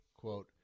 quote